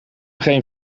geen